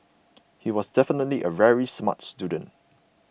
he was definitely a very smart student